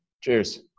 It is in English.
cheers